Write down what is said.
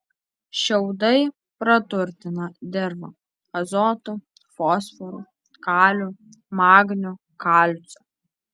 šiaudai praturtina dirvą azotu fosforu kaliu magniu kalciu